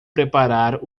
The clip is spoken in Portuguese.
preparar